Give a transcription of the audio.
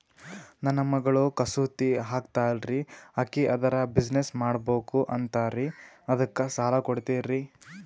ನನ್ನ ಮಗಳು ಕಸೂತಿ ಹಾಕ್ತಾಲ್ರಿ, ಅಕಿ ಅದರ ಬಿಸಿನೆಸ್ ಮಾಡಬಕು ಅಂತರಿ ಅದಕ್ಕ ಸಾಲ ಕೊಡ್ತೀರ್ರಿ?